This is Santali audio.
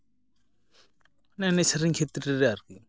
ᱢᱟᱱᱮ ᱮᱱᱮᱡ ᱥᱮᱨᱮᱧ ᱠᱷᱮᱛᱨᱮ ᱨᱮ ᱟᱨᱠᱤ